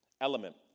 element